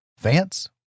Vance